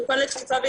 אנחנו כאן להירתמות,